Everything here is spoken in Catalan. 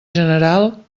general